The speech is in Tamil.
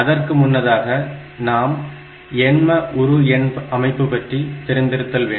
அதற்கு முன்னதாக நாம் எண்ம உரு எண் அமைப்பு பற்றி தெரிந்திருத்தல் வேண்டும்